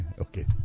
Okay